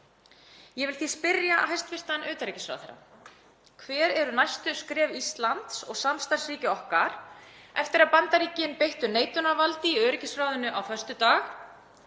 Ég vil því spyrja hæstv. utanríkisráðherra: Hver eru næstu skref Íslands og samstarfsríkja okkar eftir að Bandaríkin beittu neitunarvaldi í öryggisráðinu á föstudag?